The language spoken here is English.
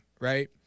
right